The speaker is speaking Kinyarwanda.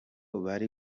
abari